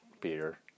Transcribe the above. beer